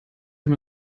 dem